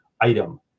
item